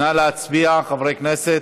נא להצביע, חברי הכנסת.